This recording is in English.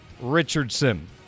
Richardson